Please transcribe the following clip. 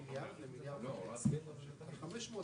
רוויזיה.